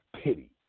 pity